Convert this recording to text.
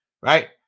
Right